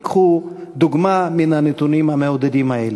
ייקחו דוגמה מהנתונים המעודדים האלה.